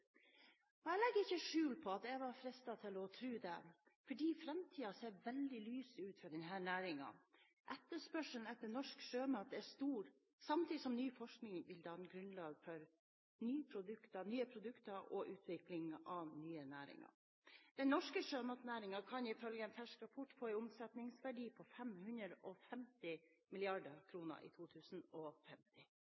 regjering. Jeg legger ikke skjul på at jeg var fristet til å tro det, fordi framtiden ser veldig lys ut for denne næringen. Etterspørselen etter norsk sjømat er stor, samtidig som ny forskning vil danne grunnlaget for nye produkter og utvikling av nye næringer. Den norske sjømatnæringen kan – ifølge en fersk rapport – få en omsetningsverdi på 550